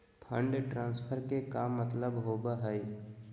Fund transfer के का मतलब होव हई?